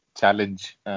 challenge